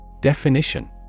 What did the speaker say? Definition